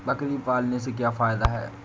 बकरी पालने से क्या फायदा है?